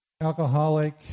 alcoholic